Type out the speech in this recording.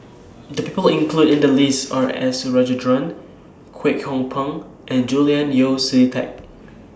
The People included in The list Are S Rajendran Kwek Hong Png and Julian Yeo See Teck